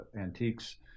antiques